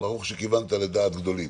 ברוך שכיוונת לדעת גדולים.